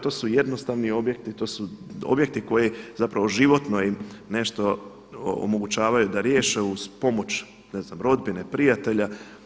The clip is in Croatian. To su jednostavni objekti, to su objekti koji životno im nešto omogućavaju da riješe uz pomoć ne znam rodbine, prijatelja.